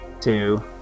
Two